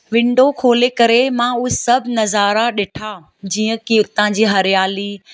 window खोले करे मां उहा सभु नज़ारा ॾिठा जीअं की हुतां जी हरियाली